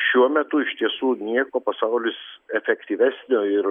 šiuo metu iš tiesų nieko pasaulis efektyvesnio ir